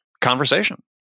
conversation